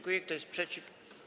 Kto jest przeciw?